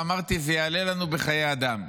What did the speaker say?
ואמרתי: זה יעלה לנו בחיי אדם,